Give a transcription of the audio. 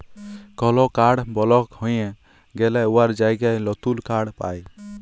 call কাড় বলক হঁয়ে গ্যালে উয়ার জায়গায় লতুল কাড় পায়